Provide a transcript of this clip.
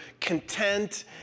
content